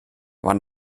wann